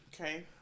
Okay